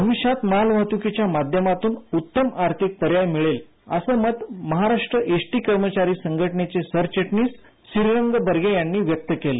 भविष्यात मालवाहतुकीच्या माध्यमातून उत्तम आर्थिक पर्याय मिळेल असं मत महाराष्ट्र एसटी कर्मचारी काँग्रेस संघटनेचे सरचिटणीस श्रीरंग बरगे यांनी व्यक्त केलं